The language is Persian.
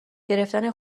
گرفتن